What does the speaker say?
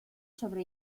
sobre